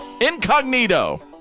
incognito